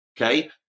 okay